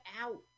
out